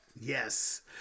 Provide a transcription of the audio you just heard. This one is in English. Yes